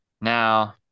now